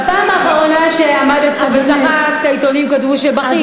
בפעם האחרונה שעמדת וצחקת, העיתונים כתבו שבכית.